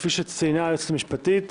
כפי שציינה היועצת המשפטית,